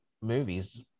movies